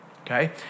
Okay